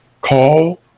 call